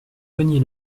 cognée